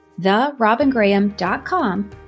therobingraham.com